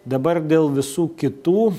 dabar dėl visų kitų